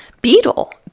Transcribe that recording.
beetle